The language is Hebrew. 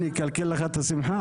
אני אקלקל לך את השמחה?